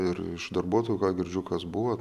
ir iš darbuotojų ką girdžiu kas buvo